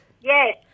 Yes